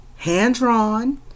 hand-drawn